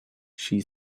she